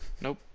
Nope